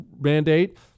mandate